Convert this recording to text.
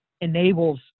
enables